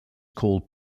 called